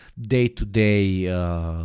day-to-day